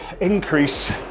increase